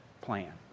plan